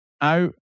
out